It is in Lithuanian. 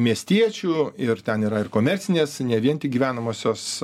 miestiečių ir ten yra ir komercinės ne vien tik gyvenamosios